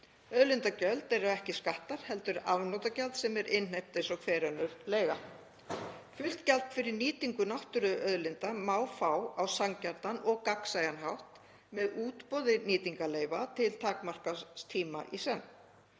Auðlindagjöld eru ekki skattar heldur afnotagjald sem er innheimt eins og hver önnur leiga. Fullt gjald fyrir nýtingu náttúruauðlinda má fá á sanngjarnan og gagnsæjan hátt með útboði nýtingarleyfa til takmarkaðs tíma í senn.